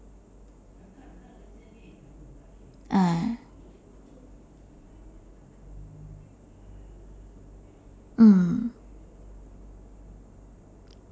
ah mm